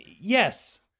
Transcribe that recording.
yes